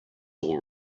all